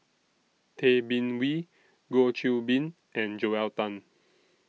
Tay Bin Wee Goh Qiu Bin and Joel Tan